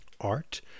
art